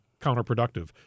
counterproductive